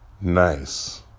nice